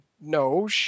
No